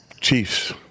Chiefs